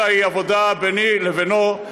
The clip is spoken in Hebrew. אלא היא עבודה ביני לבינו,